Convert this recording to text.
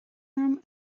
orm